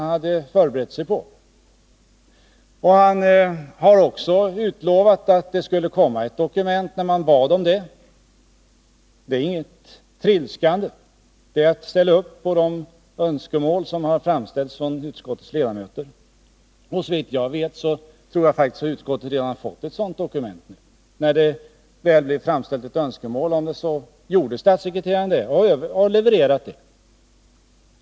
När man bad om ett dokument lovade han att det skulle komma. Det är inget trilskande — det är att ställa upp på de önskemål som framställs av utskottets ledamöter. Såvitt jag vet har utskottet redan fått det begärda dokumentet. När väl önskemålet därom framställdes levererade statssekreteraren det.